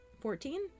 Fourteen